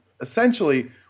essentially